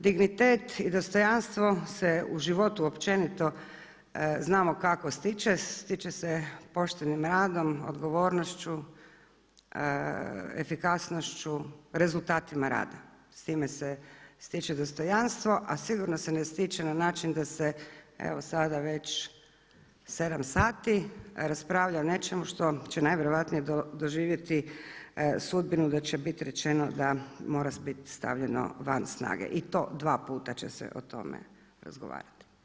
Dignitet i dostojanstvo se u životu općenito, znamo kako stiče, stiče se poštenim radom, odgovornošću, efikasnošću, rezultatima rada s time se stiče dostojanstvo a sigurno se ne stiče na način da se, evo sada već 7 sati raspravlja o nečemu što će najvjerojatnije doživjeti sudbinu da će biti rečeno da mora biti stavljeno van snage i to dva puta će se o tome razgovarati.